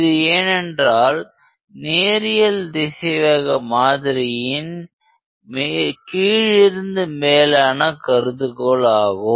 இது ஏனென்றால் நேரியல் திசைவேக மாதிரியின் கீழிலிருந்து மேலான கருதுகோள் ஆகும்